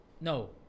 No